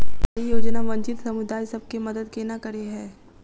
सरकारी योजना वंचित समुदाय सब केँ मदद केना करे है?